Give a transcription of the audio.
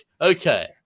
okay